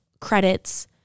credits